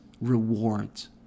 rewards